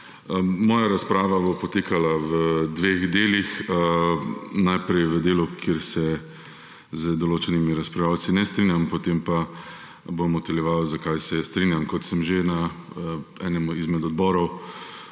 Moja razprava bo potekala v dveh delih; najprej v delu, kjer se z določenimi razpravljavci ne strinjam, potem pa bom utemeljeval, zakaj se strinjam. Kot sem že na enem izmed odborov